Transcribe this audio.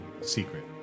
Secret